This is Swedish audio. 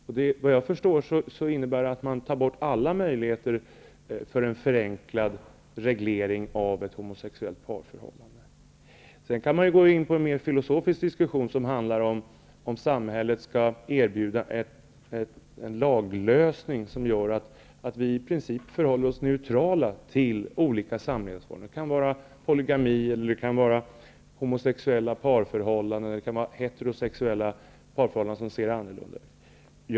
Såvitt jag förstår innebär det att man vill ta bort alla möjligheter för en förenklad reglering av ett homosexuellt parförhållande. Sedan kan man föra en mer filosofisk diskussion om huruvida samhället skall erbjuda en laglösning som innebär att man i princip förhåller sig neutral till olika samlevnadsformer. Det kan vara fråga om polygami, homosexuella parförhållanden eller heterosexuella parförhållanden som ser annorlunda ut.